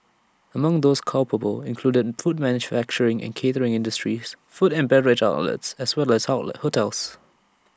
among those culpable included food manufacturing and catering industries food and beverage outlets as well as hotels